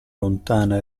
lontana